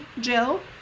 Jill